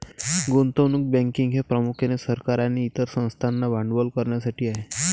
गुंतवणूक बँकिंग हे प्रामुख्याने सरकार आणि इतर संस्थांना भांडवल करण्यासाठी आहे